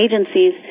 agencies